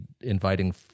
inviting